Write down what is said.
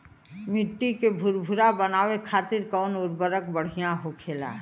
मिट्टी के भूरभूरा बनावे खातिर कवन उर्वरक भड़िया होखेला?